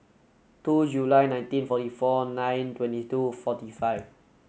two July nineteen forty four nine twenty two forty five